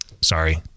Sorry